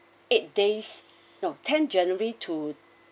eight days no tenth january to